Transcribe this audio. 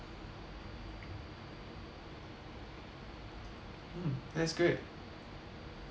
mm that's great